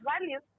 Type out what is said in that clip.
Values